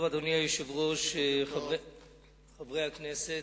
אדוני היושב-ראש, חברי הכנסת,